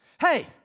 Hey